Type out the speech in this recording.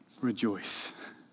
rejoice